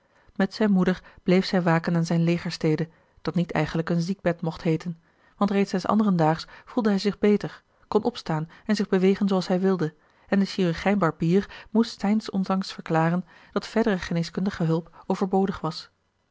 met zijne moeder bleef zij waken aan zijne legerstede dat niet eigenlijk een ziekbed mocht heeten want reeds des anderen daags voelde hij zich beter kon opstaan en zich bewegen zooals hij wilde en de chirurgijn barbier moest zijns ondanks verklaren dat verdere geneeskundige hulp a